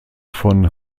von